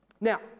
Now